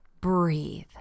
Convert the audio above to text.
breathe